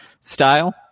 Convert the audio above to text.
style